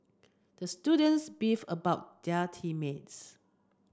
the students beefed about their team mates